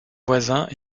voisins